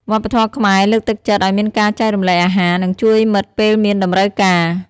វប្បធម៌ខ្មែរលើកទឹកចិត្តឲ្យមានការចែករំលែកអាហារ និងជួយមិត្តពេលមានតម្រូវការ។